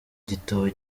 igitabo